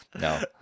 no